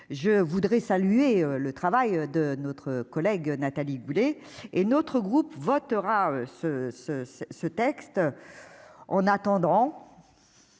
je voudrais saluer le travail de notre collègue Nathalie Goulet et notre groupe votera ce ce ce ce texte en attendant